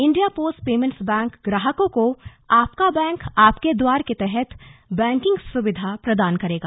India Post Payments Bank ग्राहकों को आपका बैंक आपके द्वार के तहत बैंकिंग सुविधा प्रदान करेगा